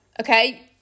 okay